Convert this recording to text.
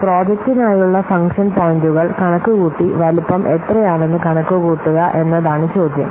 പ്രോജക്റ്റിനായുള്ള function പോയിന്റുകൾ കണക്കുകൂട്ടി വലുപ്പം എത്രയാണെന്ന് കണക്കുകൂട്ടുക എന്നതാണ് ചോദ്യം